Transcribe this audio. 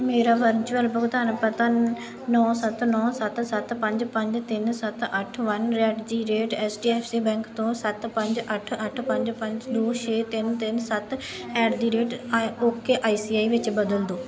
ਮੇਰਾ ਵਰਚੁਅਲ ਭੁਗਤਾਨ ਪਤਾ ਨੌ ਸੱਤ ਨੌ ਸੱਤ ਸੱਤ ਪੰਜ ਪੰਜ ਤਿੰਨ ਸੱਤ ਅੱਠ one at the rate H D F C bank ਤੋਂ ਸੱਤ ਪੰਜ ਅੱਠ ਅੱਠ ਪੰਜ ਪੰਜ ਦੋ ਛੇ ਤਿੰਨ ਤਿੰਨ ਸੱਤ ਐਟ ਦੀ ਰੇਟ ਆ ਓਕੇ ਆਈ ਸੀ ਆਈ ਵਿੱਚ ਬਦਲੋ ਦਿਓ